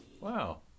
Wow